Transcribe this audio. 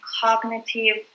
cognitive